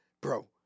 bro